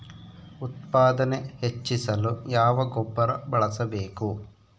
ಉತ್ಪಾದನೆ ಹೆಚ್ಚಿಸಲು ಯಾವ ಗೊಬ್ಬರ ಬಳಸಬೇಕು?